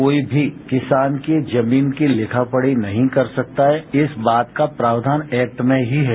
कोई भी किसान की जमीन की लिखा पढ़ी नहीं कर सकता है इस बात का प्रावधान एक्ट में ही है